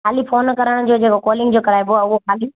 ख़ाली फ़ोन करण जो जे को कॉलिंग जो कराइबो आहे उहो ख़ाली